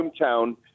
hometown